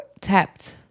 Tapped